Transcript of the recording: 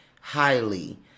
highly